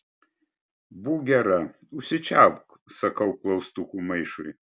būk gera užsičiaupk sakau klaustukų maišui